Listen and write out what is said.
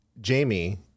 Jamie